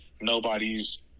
nobody's